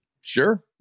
sure